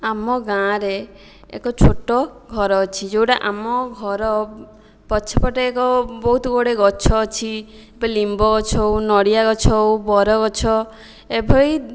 ଆମ ଗାଁରେ ଏକ ଛୋଟ ଘର ଅଛି ଯେଉଁଟା ଆମ ଘର ପଛ ପଟେ ଏକ ବହୁତଗୁଡ଼ିଏ ଗଛ ଅଛି ନିମ୍ବଗଛ ହେଉ ନଡ଼ିଆଗଛ ହେଉ ବରଗଛ ଏଭଳି